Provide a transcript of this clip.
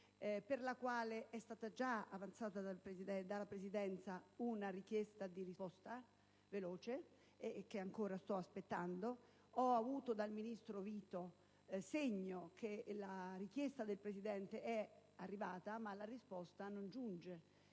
per la quale è stata già avanzata dalla Presidenza una richiesta di risposta in tempi brevi, che ancora sto aspettando. Ho avuto dal ministro Vito segnali che la richiesta del Presidente è arrivata, ma la risposta non giunge.